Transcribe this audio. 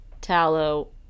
tallow